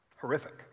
Horrific